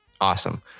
Awesome